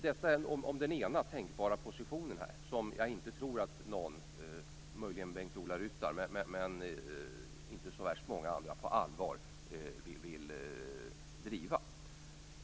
Detta är alltså den ena tänkbara positionen som jag inte tror att någon - möjligen Bengt-Ola Ryttar, men inte så värst många andra - på allvar vill driva.